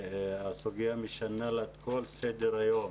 שהסוגיה משנה לה את כל סדר היום